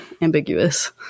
ambiguous